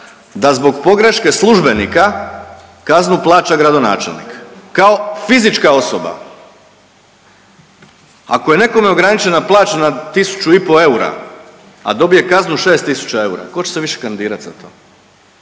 da zbog pogreške službenika kaznu plaća gradonačelnik kao fizička osoba. Ako je nekome ograničena plaća na 1500 eura, a dobije kaznu 6 tisuća eura, tko će se više kandidirati za to?